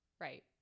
right